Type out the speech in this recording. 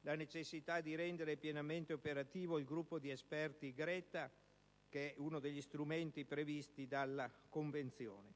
la necessità di rendere pienamente operativo il gruppo di esperti GRETA, la cui istituzione è stata prevista dalla Convenzione.